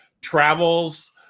Travels